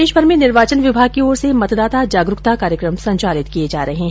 प्रदेशभर में निर्वाचन विभाग की ओर से मतदाता जागरूकता कार्यक्रम संचालित किये जा रहे है